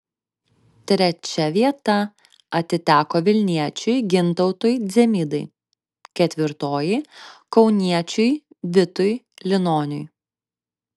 trečia vieta atiteko vilniečiui gintautui dzemydai ketvirtoji kauniečiui vitui linoniui